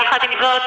יחד עם זאת,